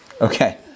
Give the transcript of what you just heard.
Okay